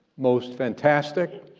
most fantastic,